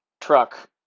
truck